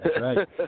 right